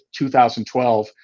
2012